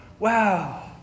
Wow